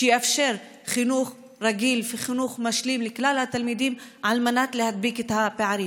שיאפשר חינוך רגיל וחינוך משלים לכלל התלמידים על מנת להדביק את הפערים.